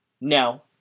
No